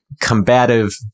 combative